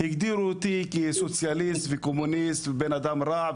הגדירו אותי כסוציאליסט וקומוניסט ובן אדם רע,